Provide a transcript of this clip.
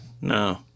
no